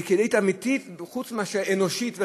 והיא כדאית אמיתית, חוץ מאשר אנושית וחברתית.